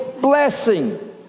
blessing